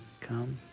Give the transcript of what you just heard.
come